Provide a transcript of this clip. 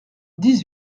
dix